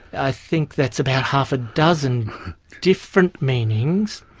i think that's about half a dozen different meanings,